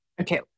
okay